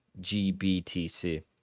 GBTC